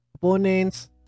Opponents